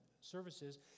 services